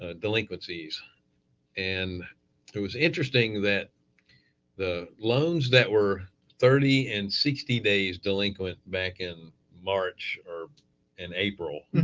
and delinquencies and it was interesting that the loans that were thirty and sixty days delinquent back in march or in april